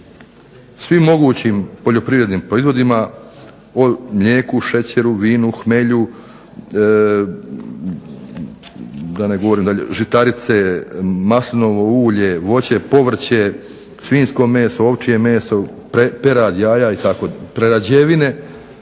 svim mogućim poljoprivrednim proizvodima o mlijeku, šećeru, vinu, hmelju, da ne govorim dalje žitarice, masline, voće, povrće, svinjsko meso, ovčje meso, perad, jaja, prerađevine,